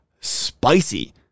spicy